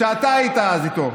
כשאתה היית אז איתו.